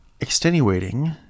extenuating